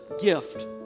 gift